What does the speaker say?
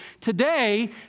today